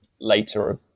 later